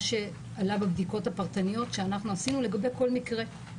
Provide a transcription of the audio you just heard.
שעלה בבדיקות הפרטניות שאנחנו עשינו לגבי כל מקרה.